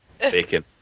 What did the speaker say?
bacon